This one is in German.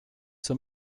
zur